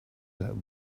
that